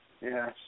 Yes